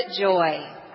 joy